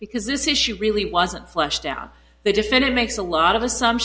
because this issue really wasn't flushed down the defendant makes a lot of